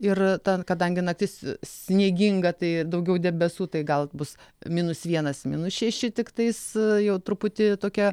ir ten kadangi naktis snieginga tai daugiau debesų tai gal bus minus vienas minus šeši tiktais jau truputį tokia